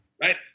right